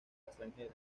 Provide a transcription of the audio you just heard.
extranjera